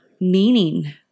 meaning